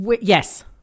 yes